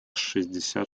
шестьдесят